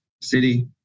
city